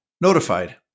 notified